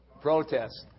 Protest